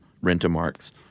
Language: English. rent-a-marks